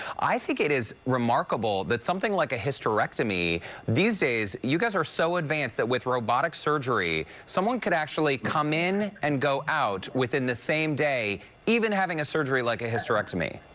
i think it is remarkable that something like a hysterectomy hysterectomy these days you guys are so advanced that with robotic surgery, someone could actually come in and go out within the same day even having a surgery like a hysterectomy.